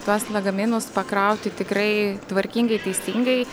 tuos lagaminus pakrauti tikrai tvarkingai teisingai